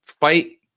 fight